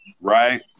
right